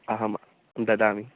अहं ददामि